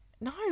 No